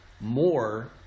more